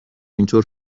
اینطور